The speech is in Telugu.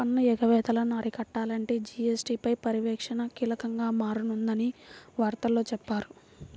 పన్ను ఎగవేతలను అరికట్టాలంటే జీ.ఎస్.టీ పై పర్యవేక్షణ కీలకంగా మారనుందని వార్తల్లో చెప్పారు